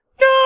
No